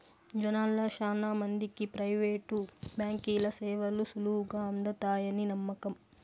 జనాల్ల శానా మందికి ప్రైవేటు బాంకీల సేవలు సులువుగా అందతాయని నమ్మకం